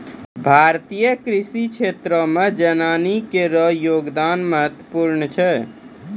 भारतीय कृषि क्षेत्रो मे जनानी केरो योगदान महत्वपूर्ण छै